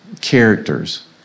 characters